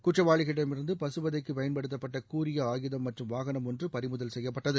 குற்றவாளிகளிடமிருந்து பசுவதைக்கு பயன்படுத்தப்பட்ட கூரிய ஆயுதம் மற்றம் வாகனம் ஒன்று பரிமுதல் செய்யப்பட்டது